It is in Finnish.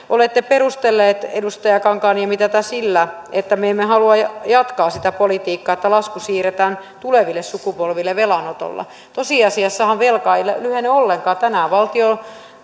olette perustelleet edustaja kankaanniemi tätä sillä että me emme halua jatkaa sitä politiikkaa että lasku siirretään tuleville sukupolville velanotolla tosiasiassahan velka ei lyhene ollenkaan tänään valtion